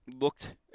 looked